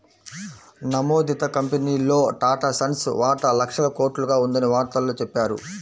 నమోదిత కంపెనీల్లో టాటాసన్స్ వాటా లక్షల కోట్లుగా ఉందని వార్తల్లో చెప్పారు